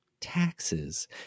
taxes